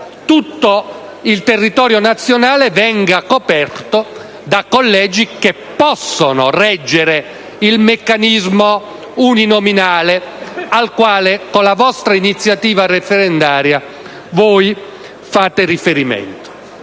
tutto il territorio nazionale venga coperto da collegi che possano reggere il meccanismo uninominale al quale con la vostra iniziativa referendaria fate riferimento.